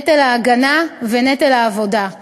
נטל ההגנה ונטל העבודה,